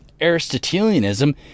Aristotelianism